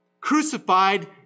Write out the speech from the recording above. crucified